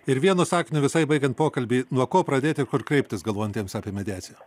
ir vienu sakiniu visai baigiant pokalbį nuo ko pradėti kur kreiptis galvojantiems apie mediaciją